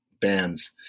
bands